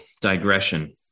digression